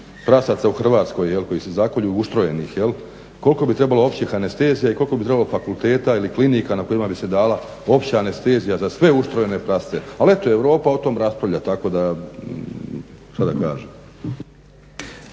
prasaca u Hrvatskoj jel koji se zakolju uštrojenih jel, kolko bi trebalo općih anestezija i koliko bi trebalo fakulteta ili klinika na kojima bi se dala opća anestezija za sve uštrojene prave al eto Europa o tom raspravlja, tako da, šta da kažem.